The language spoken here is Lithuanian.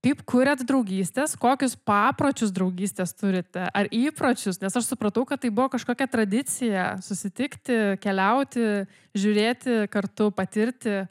taip kuriat draugystės kokius papročius draugystės turite ar įpročius nes aš supratau kad tai buvo kažkokia tradicija susitikti keliauti žiūrėti kartu patirti